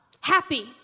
happy